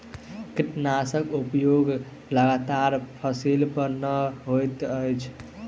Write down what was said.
कीटनाशकक उपयोग लागल फसील पर नै होइत अछि